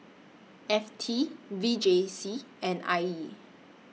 F T V J C and I E